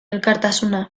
elkartasuna